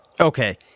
Okay